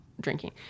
drinking